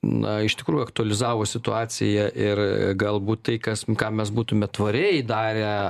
na iš tikrųjų aktualizavo situaciją ir galbūt tai kas ką mes būtume tvariai darę